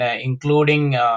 including